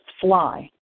fly